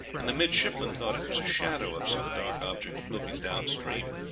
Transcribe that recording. and the midshipmen thought it was a shadow of some dark object floating down stream,